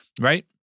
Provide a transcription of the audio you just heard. right